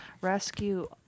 rescue